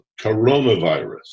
coronavirus